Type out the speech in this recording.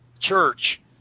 church